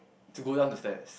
to go down the stairs